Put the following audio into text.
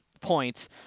points